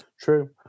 true